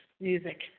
music